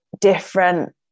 different